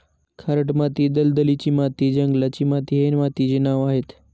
खारट माती, दलदलीची माती, जंगलाची माती हे मातीचे नावं आहेत